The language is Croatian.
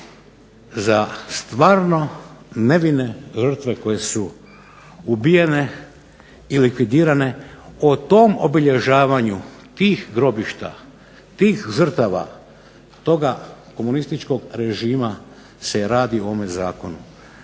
za stvarno nevine žrtve koje su ubijene i likvidirane. O tom obilježavanju, tih grobišta, tih žrtava toga komunističkog režima se radi u ovom zakonu.